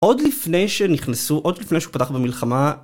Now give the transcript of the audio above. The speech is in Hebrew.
עוד לפני שנכנסו, עוד לפני שהוא פתח במלחמה